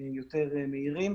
יותר מהירים.